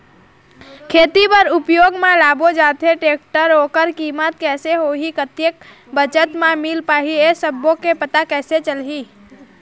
खेती बर उपयोग मा लाबो जाथे जैसे टेक्टर ओकर कीमत कैसे होही कतेक बचत मा मिल पाही ये सब्बो के पता कैसे चलही?